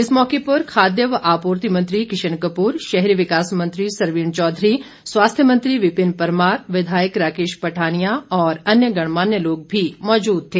इस मौके पर खाद्य व आपूर्ति मंत्री किशन कपूर शहरी विकास मंत्री सरवीण चौधरी स्वास्थ्य मंत्री विपिन परमार विधायक राकेश पठानिया और अन्य गणमान्य लोग भी मौजूद थे